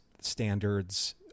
standards